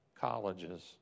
colleges